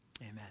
amen